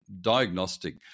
diagnostic